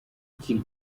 iki